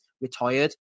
retired